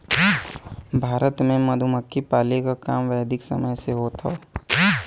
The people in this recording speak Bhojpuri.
भारत में मधुमक्खी पाले क काम वैदिक समय से होत हौ